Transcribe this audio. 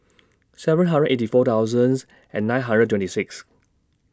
seven hundred eighty four thousands and nine hundred twenty six